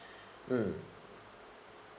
mm